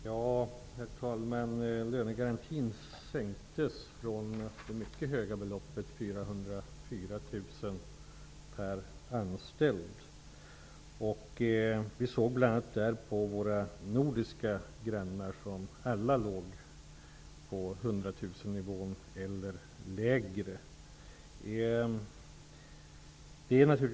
Fru talman! Lönegarantin sänktes från det mycket höga beloppet 404 000 kr per anställd. Vi såg bl.a. på våra nordiska grannar som alla låg på nivån 100 000 kr eller lägre.